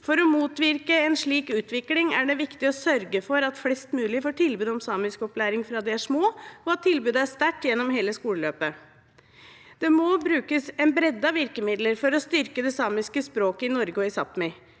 For å motvirke en slik utvikling er det viktig å sørge for at flest mulig får tilbud om samiskopplæring fra de er små, og at tilbudet er sterkt gjennom hele skoleløpet. Det må brukes et bredt utvalg virkemidler for å styrke det samiske språket i Norge og i Sápmi.